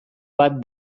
bat